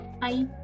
Bye